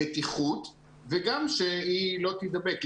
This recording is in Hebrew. בטיחות וגם שהיא לא תידבק.